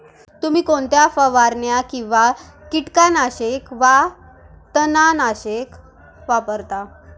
तुम्ही कोणत्या फवारण्या किंवा कीटकनाशके वा तणनाशके वापरता?